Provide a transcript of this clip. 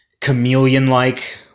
chameleon-like